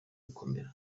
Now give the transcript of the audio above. gukomera